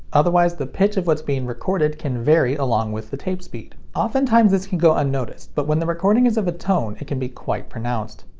otherwise the pitch of what's being recorded can vary along with the tape speed. often times this can go unnoticed, but when the recording is of a tone, it can be quite pronounced.